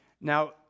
Now